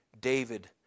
David